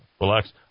relax